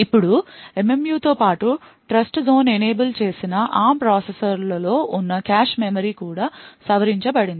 ఇప్పుడు MMU తో పాటు ట్రస్ట్జోన్ ఎనేబుల్ చేసిన ARM ప్రాసెసర్ల లో ఉన్న కాష్ మెమరీ కూడా సవరించబడింది